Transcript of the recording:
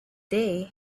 day